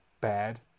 bad